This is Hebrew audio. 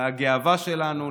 לגאווה שלנו,